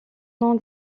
nom